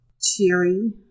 cheery